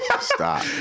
Stop